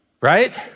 right